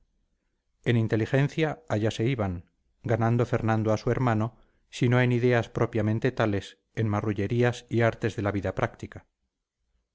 en inteligencia allá se iban ganando fernando a su hermano si no en ideas propiamente tales en marrullerías y artes de la vida práctica